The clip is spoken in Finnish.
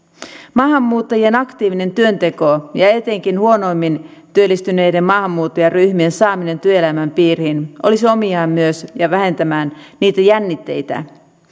maahanmuuttajien aktiivinen työnteko ja ja etenkin huonoimmin työllistyneiden maahanmuuttajaryhmien saaminen työelämän piiriin olisi omiaan myös vähentämään niitä jännitteitä